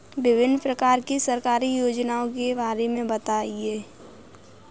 विभिन्न प्रकार की सरकारी योजनाओं के बारे में बताइए?